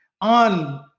on